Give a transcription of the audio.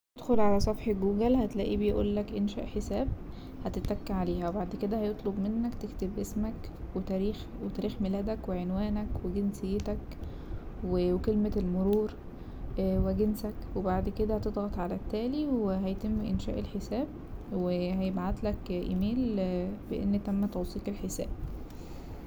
أدخل على صفحة جوجل هتلاقيه بيقولك انشاء حساب هتتك عليها وبعد كده هيطلب منك تكتب اسمك وتاريخ- وتاريخ ميلادك وعنوانك وجنسيتك وكلمة المرور وجنسك وبعد كده هتتضغط على التالي وهيتم انشاء الحساب وهيبعتلك ايميل بأن تم توثيق الحساب.